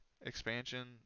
expansion